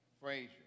Frazier